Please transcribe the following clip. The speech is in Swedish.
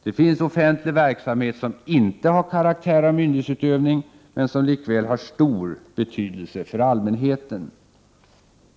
Det finns offentlig verksamhet som inte har karaktär av myndighetsutövning men som likväl har stor betydelse för allmänheten.